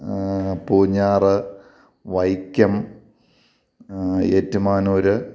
Poonjar Vaikom Ettumanoor